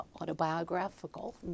autobiographical